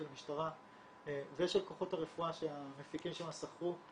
של משטרה ושל כוחות הרפואה שהמפיקים שם שכרו.